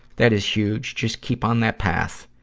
that is huge. just keep on that path.